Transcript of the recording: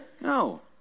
No